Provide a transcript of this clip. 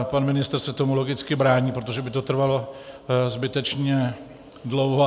Pan ministr se tomu logicky brání, protože by to trvalo zbytečně dlouho.